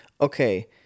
okay